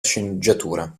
sceneggiatura